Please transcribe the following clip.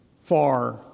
far